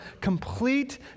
complete